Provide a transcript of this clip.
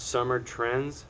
summer trends